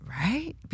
Right